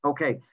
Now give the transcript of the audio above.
Okay